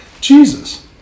Jesus